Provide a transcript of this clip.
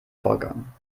vorgang